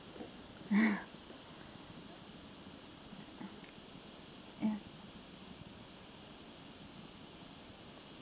mm